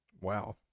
Wow